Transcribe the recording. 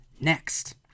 next